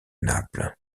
naples